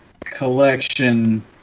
collection